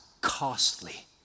costly